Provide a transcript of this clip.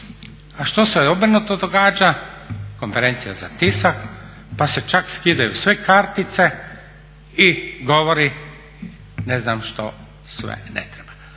A što se obrnuto događa? Konferencija za tisak, pa se čak skidaju sve kartice i govori ne znam što sve ne treba.